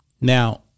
Now